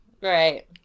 Right